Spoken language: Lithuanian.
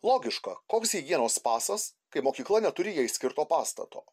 logiška koks higienos pasas kai mokykla neturi jai skirto pastato